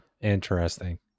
Interesting